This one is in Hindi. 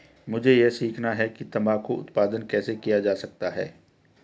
मुझे यह सीखना है कि तंबाकू उत्पादन कैसे किया जा सकता है?